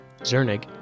Zernig